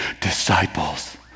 disciples